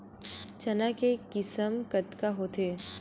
चना के किसम कतका होथे?